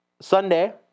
Sunday